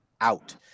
out